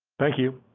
thank you.